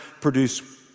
produce